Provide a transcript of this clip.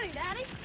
daddy.